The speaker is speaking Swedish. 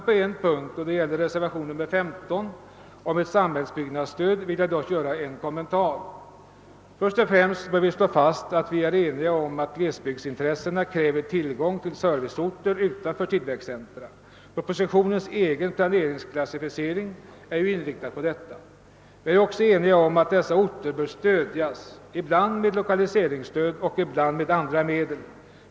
På en punkt — beträffande reservationen 15 om ett samhällsbyggnadsstöd — vill jag dock göra en kommentar. Först och främst bör slås fast att vi är eniga om att glesbygdsintressena kräver tillgång till serviceorter utanför tillväxtcentra. Propositionens egen planeringsklassificering är ju inriktad härpå. Vi är också eniga om att dessa orter bör stödjas, ibland med lokaliseringsstöd och ibland med andra medel.